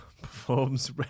performs